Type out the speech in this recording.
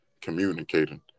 communicating